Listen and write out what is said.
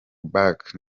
back